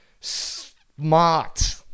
smart